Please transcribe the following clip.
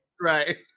Right